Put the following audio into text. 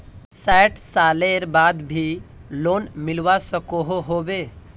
सैट सालेर बाद भी लोन मिलवा सकोहो होबे?